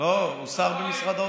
לא, הוא שר במשרד האוצר.